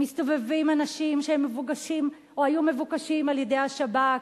מסתובבים אנשים שהם מבוקשים או היו מבוקשים על-ידי השב"כ.